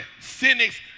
Cynics